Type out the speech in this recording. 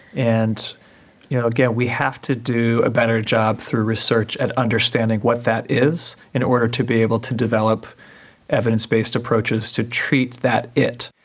and yeah again, we have to do a better job through research and understanding what that is in order to be able to develop evidence based approaches to treat that it.